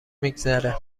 میگذره